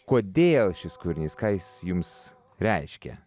kodėl šis kūrinys ką jis jums reiškia